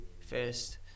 first